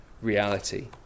Reality